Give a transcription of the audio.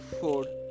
food